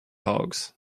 hogs